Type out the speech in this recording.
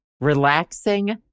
relaxing